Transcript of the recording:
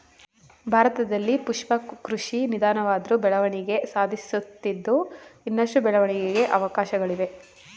ಭಾರತದಲ್ಲಿ ಪುಷ್ಪ ಕೃಷಿ ನಿಧಾನವಾದ್ರು ಬೆಳವಣಿಗೆ ಸಾಧಿಸುತ್ತಿದ್ದು ಇನ್ನಷ್ಟು ಬೆಳವಣಿಗೆಗೆ ಅವಕಾಶ್ಗಳಿವೆ